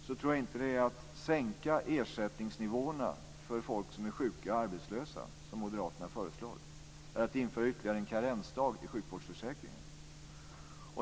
Jag tror då inte att det handlar om att sänka ersättningsnivåerna för folk som är sjuka och arbetslösa, som moderaterna föreslår, eller om att införa ytterligare en karensdag i sjukvårdsförsäkringen.